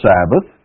Sabbath